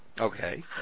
Okay